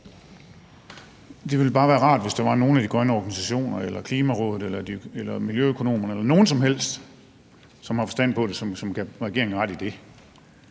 Det ville bare være rart, hvis der var nogle af de grønne organisationer, Klimarådet, miljøøkonomerne eller nogen som helst andre, som har forstand på det, som gav regeringen ret i